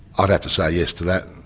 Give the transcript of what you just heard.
ah to to say yes to that.